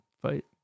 fight